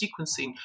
sequencing